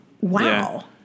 Wow